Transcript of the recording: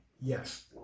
Yes